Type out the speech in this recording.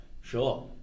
Sure